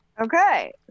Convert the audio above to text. Okay